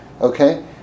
Okay